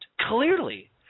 Clearly